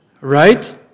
Right